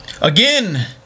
again